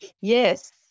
yes